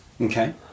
Okay